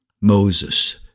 Moses